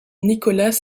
nicolas